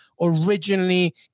originally